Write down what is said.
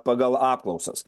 pagal apklausas